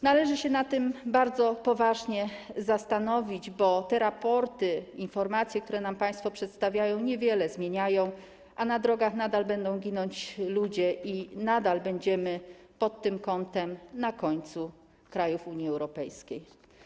Należy się nad tym bardzo poważnie zastanowić, bo te raporty, informacje, które nam państwo przedstawiają, niewiele zmieniają, a na drogach nadal będą ginąć ludzie i nadal będziemy pod tym kątem na końcu krajów Unii Europejskiej.